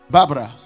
Barbara